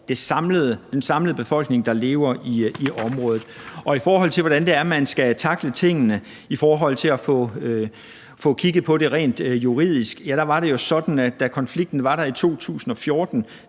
den samlede befolkning, der lever i området. I forhold til hvordan man skal tackle tingene for at få kigget på det rent juridisk, der var det jo sådan, at da konflikten var der i 2014,